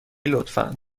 لطفا